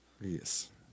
Yes